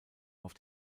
auf